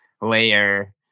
layer